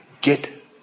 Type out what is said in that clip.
Get